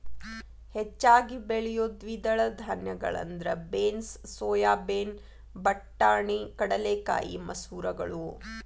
ಹೆಚ್ಚಾಗಿ ಬೆಳಿಯೋ ದ್ವಿದಳ ಧಾನ್ಯಗಳಂದ್ರ ಬೇನ್ಸ್, ಸೋಯಾಬೇನ್, ಬಟಾಣಿ, ಕಡಲೆಕಾಯಿ, ಮಸೂರಗಳು